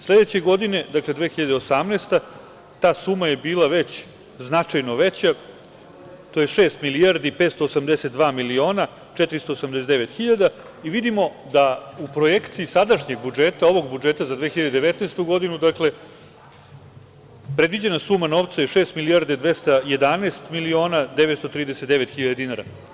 Sledeće godine, dakle, 2108. godine ta suma je bila već značajno veća, to je šest milijardi i 582 miliona 489 hiljada i vidimo da u projekciji sadašnjeg budžeta, ovog budžeta za 2019. godinu predviđena suma novca je šest milijardi 211 miliona 939 hiljada dinara.